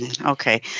Okay